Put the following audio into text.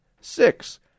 Six